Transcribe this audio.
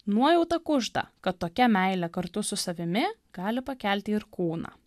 nuojauta kužda kad tokia meilė kartu su savimi gali pakelti ir kūną